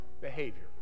behavior